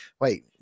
Wait